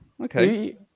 Okay